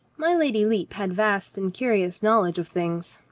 my lady lepe had vast and curious knowledge of things.